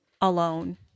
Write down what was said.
alone